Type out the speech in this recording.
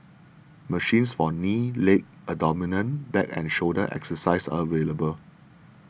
machines for knee leg abdomen back and shoulder exercises are available